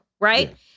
right